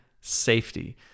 safety